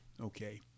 Okay